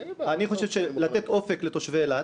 אני חושב שכדי לתת אופק לתושבי אילת